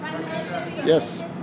Yes